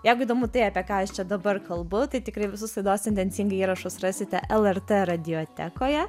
jeigu įdomu tai apie ką aš čia dabar kalbu tai tikrai visus laidos tendencingai įrašus rasite lrt radiotekoje